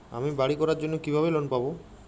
আমি বাড়ি করার জন্য কিভাবে লোন পাব?